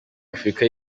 afurika